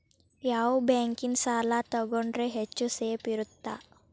ಯಾವ ಬ್ಯಾಂಕಿನ ಸಾಲ ತಗೊಂಡ್ರೆ ಹೆಚ್ಚು ಸೇಫ್ ಇರುತ್ತಾ?